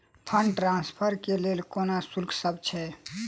Fund transfer केँ लेल कोनो शुल्कसभ छै?